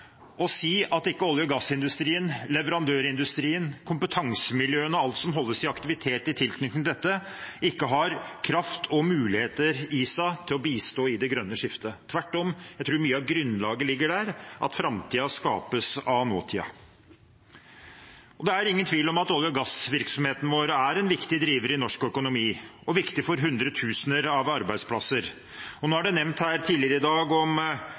og leverandørindustrien, kompetansemiljøene og alt som holdes i aktivitet i tilknytning til dette, ikke har kraft og muligheter i seg til å bistå i det grønne skiftet. Jeg tror tvert om at mye av grunnlaget ligger der – at framtiden skapes av nåtiden. Det er ingen tvil om at olje- og gassvirksomheten vår er en viktig driver i norsk økonomi og viktig for hundretusener av arbeidsplasser. Flere har nevnt tidligere i dag